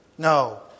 No